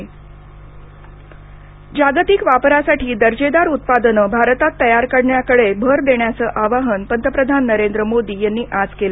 पंतप्रधान जागतिक वापरासाठी दर्जेदार उत्पादनं भारतात तयार करण्याकडे भर देण्याचं आवाहन पंतप्रधान नरेंद्र मोदी यांनी आज केलं